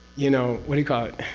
you know, what do you call it.